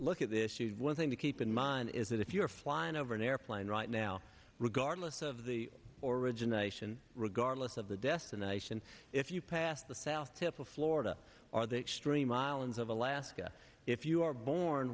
look at this shoot one thing to keep in mind is that if you're flying over an airplane right now regardless of the or origination regardless of the destination if you pass the south tip of florida or the extreme islands of alaska if you are born